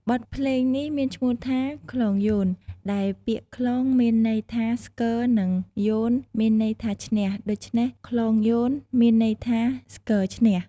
បទភ្លេងនេះមានឈ្មោះថា "ខ្លងយោន" ដែលពាក្យ "ខ្លង" មានន័យថាស្គរ និង "យោន" មានន័យថាឈ្នះ។ ដូច្នេះ "ខ្លងយោន" មានន័យថា "ស្គរឈ្នះ"។